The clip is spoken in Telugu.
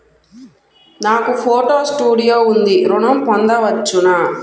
నాకు ఫోటో స్టూడియో ఉంది ఋణం పొంద వచ్చునా?